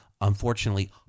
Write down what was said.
unfortunately